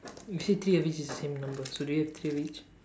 you say three of each is same number so do you have three of each